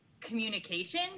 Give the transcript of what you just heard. communication